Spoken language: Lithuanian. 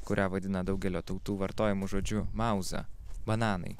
kurią vadina daugelio tautų vartojamu žodžiu mauza bananai